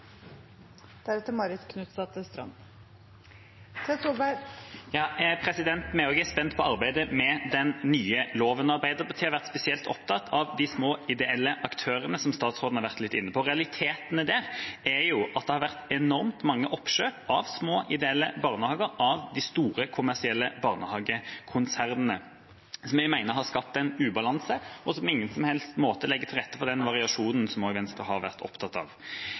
Vi er veldig spent på arbeidet med den nye loven. Arbeiderpartiet har vært spesielt opptatt av de små ideelle aktørene, som statsråden var vært litt inne på. Realiteten der er at det var vært enormt mange oppkjøp av små ideelle barnehager av de store kommersielle barnehagekonsernene, som jeg mener har skapt en ubalanse, og som på ingen som helst måte legger til rette for den variasjonen som også Venstre har vært opptatt av.